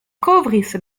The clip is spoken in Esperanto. kovris